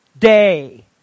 Day